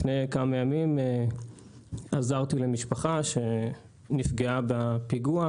לפני כמה ימים עזרתי למשפחה שנפגעה בפיגוע,